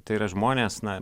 tai yra žmonės na